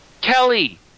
Kelly